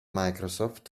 microsoft